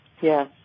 Yes